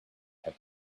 have